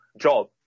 job